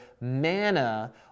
manna